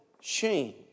shame